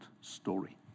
story